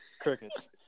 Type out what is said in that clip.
Crickets